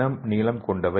M நீளம் கொண்டவை